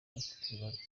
hakibazwa